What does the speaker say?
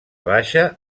baixa